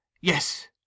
Yes